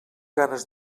ganes